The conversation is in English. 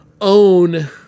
own